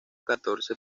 catorce